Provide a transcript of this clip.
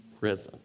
risen